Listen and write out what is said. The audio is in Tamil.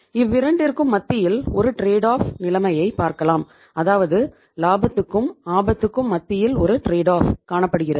இவ்விரண்டிற்கும் மத்தியில் ஒரு ட்ரேட் ஆஃப் காணப்படுகிறது